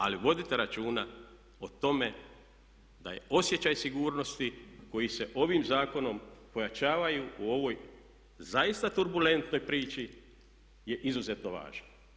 Ali vodite računa o tome da je osjećaj sigurnosti koji se ovim zakonom pojačavaju u ovoj zaista turbulentnoj priči je izuzetno važan.